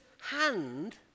hand